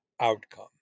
outcome